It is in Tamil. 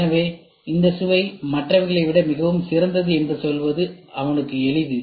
எனவே இந்த சுவை மற்றவைகளை விட மிகவும் சிறந்தது என்று சொல்வது அவனுக்கு எளிது